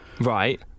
Right